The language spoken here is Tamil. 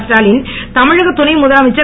ஸ்டாலின் தமிழக துணை முதலமைச்சர்